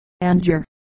Anger